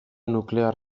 nuklear